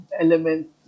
elements